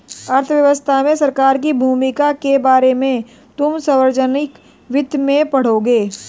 अर्थव्यवस्था में सरकार की भूमिका के बारे में तुम सार्वजनिक वित्त में पढ़ोगे